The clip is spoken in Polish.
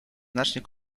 znacznie